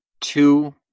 two